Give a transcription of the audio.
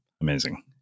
Amazing